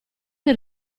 che